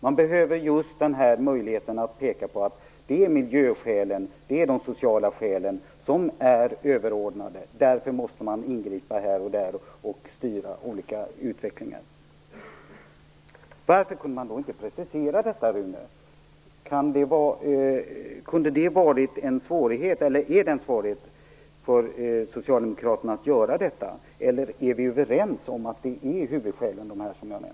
Man behöver just den här möjligheten att peka på att det är miljöskälen och de sociala skälen som är överordnade. Därför måste man ingripa och styra olika utvecklingar. Varför kunde man då inte precisera detta, Rune Evensson? Är det en svårighet för Socialdemokraterna att göra detta, eller är vi överens om att dessa skäl är huvudskälen?